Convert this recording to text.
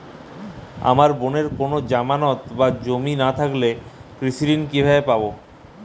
আমার বোনের কোন জামানত বা জমি না থাকলে কৃষি ঋণ কিভাবে পাবে?